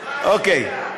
לא אממש את זה עד 28 בחודש,